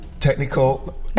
technical